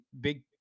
big